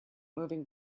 moving